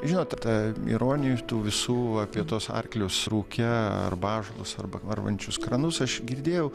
žinot ta ironija ir tų visų apie tuos arklius rūke arba ąžuolus arba varvančius kranus aš girdėjau